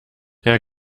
herr